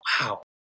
wow